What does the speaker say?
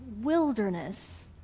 wilderness